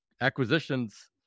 acquisitions